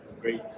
great